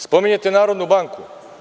Spominjete Narodnu banku.